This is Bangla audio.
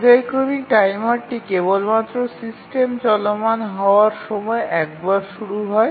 পর্যায়ক্রমিক টাইমারটি কেবলমাত্র সিস্টেম চলমান হওয়ার সময় একবার শুরু হয়